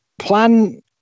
plan